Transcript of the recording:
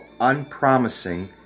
unpromising